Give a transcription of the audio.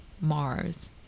Mars